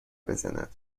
بزند